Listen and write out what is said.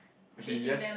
actually yes eh